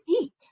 eat